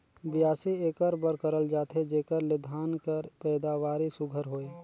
बियासी एकर बर करल जाथे जेकर ले धान कर पएदावारी सुग्घर होए